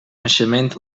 naixement